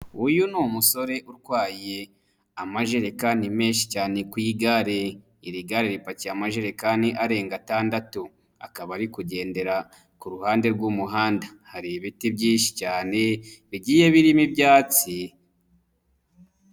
Uyu ni umusore utwaye, amajerekani menshi cyane ku igare, iri gare ripakiye amajerekani arenga atandatu, akaba ari kugendera ku ruhande rw'umuhanda, hari ibiti byinshi cyane, bigiye birimo ibyatsi.